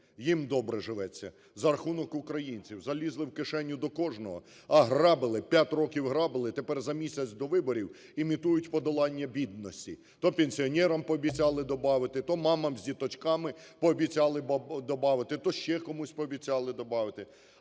Їм добре живеться за рахунок українців. Залізли в кишеню до кожного, ограбили, 5 роківграбили, і тепер за місяць до виборів імітують подолання бідності. То пенсіонерам пообіцяли добавити, то мамам з діточками пообіцяли добавити, то ще комусь пообіцяли добавити.